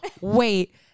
wait